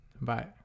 Bye